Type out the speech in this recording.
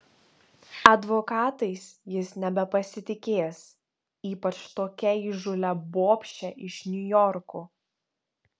advokatais jis nebepasitikės ypač tokia įžūlia bobše iš niujorko